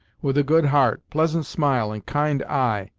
with a good heart, pleasant smile, and kind eye.